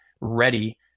ready